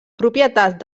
propietat